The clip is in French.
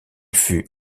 fut